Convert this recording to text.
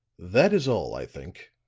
that is all, i think,